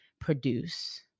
produce